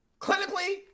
clinically